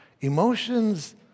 Emotions